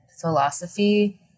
philosophy